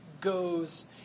goes